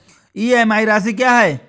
EMI राशि क्या है?